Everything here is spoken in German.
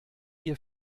ihr